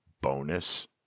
bonus